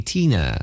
Tina